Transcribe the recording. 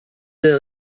der